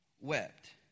wept